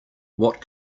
what